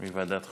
לוועדת החוקה.